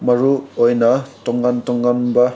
ꯃꯔꯨ ꯑꯣꯏꯅ ꯇꯣꯉꯥꯟ ꯇꯣꯉꯥꯟꯕ